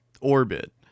orbit